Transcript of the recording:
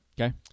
Okay